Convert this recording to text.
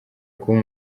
kuba